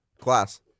Class